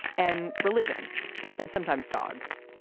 and religion and sometimes dogs